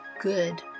good